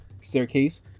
staircase